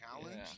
challenge